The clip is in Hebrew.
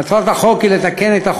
(מסירת מידע מרשויות המדינה לקופות-החולים),